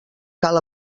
cal